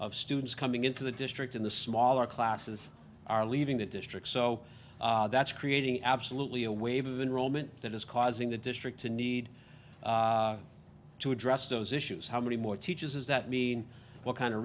of students coming into the district in the smaller classes are leaving the district so that's creating absolutely a wave of enrollment that is causing the district to need to address those issues how many more teachers does that mean what kind of